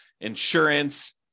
insurance